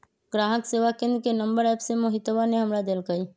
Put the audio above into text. ग्राहक सेवा केंद्र के नंबर एप्प से मोहितवा ने हमरा देल कई